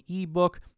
ebook